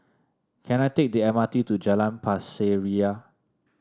can I take the M R T to Jalan Pasir Ria